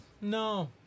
No